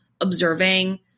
observing